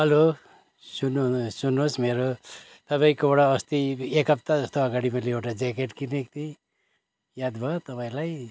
hello सुन्नु सुन्नोहोस् मेरो तपाईँकोबाट अस्ति एक हप्ता जस्तो अगाडि मैले एउटा ज्याकेट किनेको थिएँ याद भयो तपाईँलाई